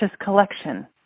collection